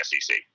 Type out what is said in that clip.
SEC